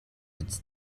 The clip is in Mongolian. биз